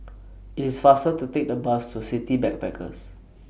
IT IS faster to Take The Bus to City Backpackers